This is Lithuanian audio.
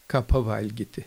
ką pavalgyti